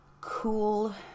cool